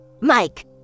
Mike